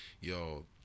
yo